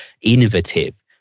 innovative